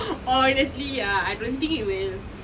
honestly ah I don't think you will